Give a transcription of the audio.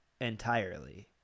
entirely